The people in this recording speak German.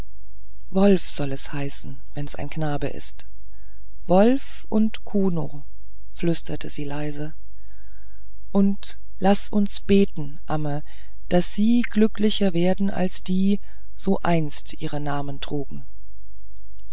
wolf soll es heißen wenn's ein knabe ist wolf und kuno flüsterte sie leise und laß uns beten amme daß sie glücklicher werden als die so einstens ihre namen trugen